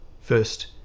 First